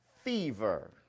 fever